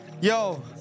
yo